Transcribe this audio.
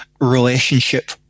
relationship